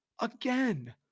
Again